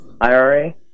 IRA